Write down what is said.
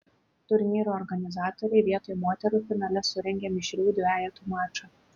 turnyro organizatoriai vietoj moterų finale surengė mišrių dvejetų mačą